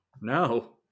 no